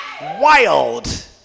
Wild